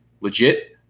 legit